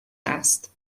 است